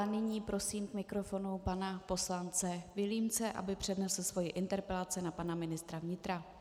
Nyní prosím k mikrofonu pana poslance Vilímce, aby přednesl svoji interpelaci na pana ministra vnitra.